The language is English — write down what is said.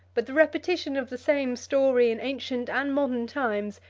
but the repetition of the same story in ancient and modern times,